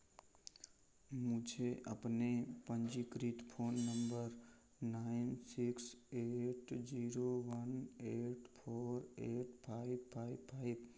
मुझे अपने पंजीकृत phone number nine six eight zero one eight four eight five five five